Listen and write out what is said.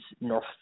north